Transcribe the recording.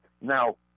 Now